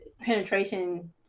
penetration